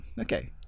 Okay